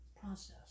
process